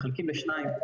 מחלקים לשניים,